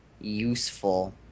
useful